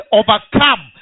overcome